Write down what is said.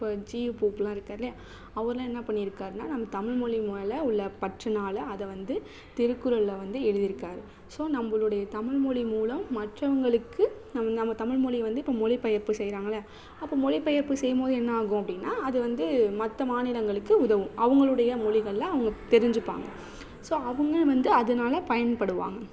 இப்போது ஜியூ போப்பெலாம் இருக்காரில்லையா அவர்லாம் என்ன பண்ணி இருக்காருன்னா நம்ம தமிழ் மொழி மேலே உள்ள பற்றுனால் அதை வந்து திருக்குறள்ல வந்து எழுதியிருக்காரு ஸோ நம்மளுடைய தமிழ் மொழி மூலம் மற்றவங்களுக்கு நம்ம தமிழ் மொழிய வந்து இப்போ மொழிபெயர்ப்பு செய்யிறாங்கள அப்போ மொழிபெயர்ப்பு செய்யும்போது என்னாகும் அப்படின்னா அது வந்து மற்ற மாநிலங்களுக்கு உதவும் அவங்களுடைய மொழிகள்ல அவங்க தெரிஞ்சுப்பாங்க ஸோ அவங்க வந்து அதனால பயன்படுவாங்க